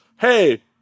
Hey